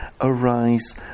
arise